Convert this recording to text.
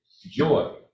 joy